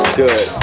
good